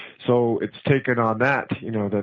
so it's taken on that, you know, that,